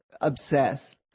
obsessed